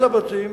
אל הבתים,